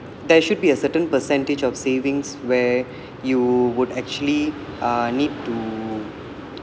there should be a certain percentage of savings where you would actually uh need to to